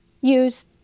use